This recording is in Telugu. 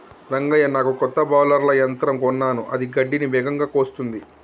రంగయ్య నాకు కొత్త బౌలర్ల యంత్రం కొన్నాను అది గడ్డిని వేగంగా కోస్తుంది